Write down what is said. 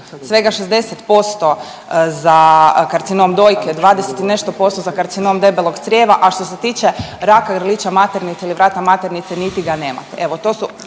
svega 60% za karcinom dojke, 20 i nešto posto za karcinom debelog crijeva, a što se tiče raka grlića maternice ili vrata maternice niti ga nema.